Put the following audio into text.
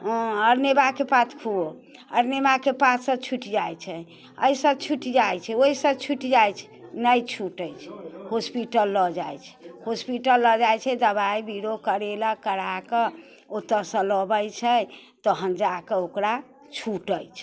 अरनेवाके पात खो अरनेवाके पातसँ छुटि जाइत छै अइसँ छुटि जाइ छै ओइसँ छुटि जाइ छै नहि छुटै छै हॉस्पिटल लऽ जाइ छै हॉस्पिटल लऽ जाइ छै दबाइ बिरो करेलक कराकऽ ओतऽसँ लबै छै तहन जाकऽ ओकरा छुटै छै